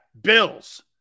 Bills